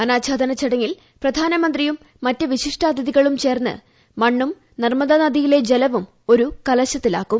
അനാച്ഛാദന ചടങ്ങിൽ പ്രധാനമന്ത്രിയും മറ്റു വിശിഷ്ടാതിഥികളും ചേർന്ന് മണ്ണും നർമ്മദാനദിയിലെ ജലവും ഒരു കലശത്തിലാക്കും